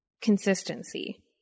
Consistency